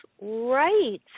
right